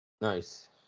Nice